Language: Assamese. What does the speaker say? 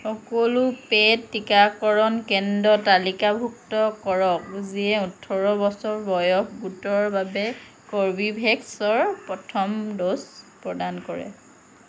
সকলো পেইড টিকাকৰণ কেন্দ্ৰ তালিকাভুক্ত কৰক যিয়ে ওঠৰ বছৰ বয়স গোটৰ বাবে ক'ৰ্বীভে'ক্সৰ প্ৰথম ড'জ প্ৰদান কৰে